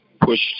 pushed